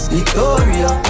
Victoria